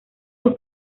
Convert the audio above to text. sus